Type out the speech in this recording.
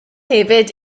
hefyd